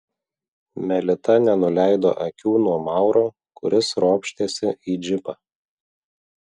melita nenuleido akių nuo mauro kuris ropštėsi į džipą